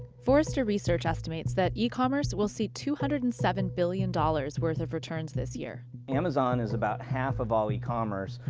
forrester research estimates that e-commerce will see two hundred and seven billion dollars worth of returns this year. amazon is about half of all e-commerce,